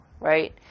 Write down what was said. right